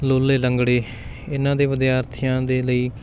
ਲੂਲੇ ਲੰਗੜੇ ਇਹਨਾਂ ਦੇ ਵਿਦਿਆਰਥੀਆਂ ਦੇ ਲਈ